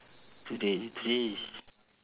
today today is